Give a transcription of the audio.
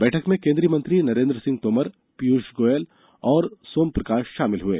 बैठक में केन्द्रीय मंत्री नरेन्द्र सिंह तोमर पीयूष गोयल और सोम प्रकाश शामिल हए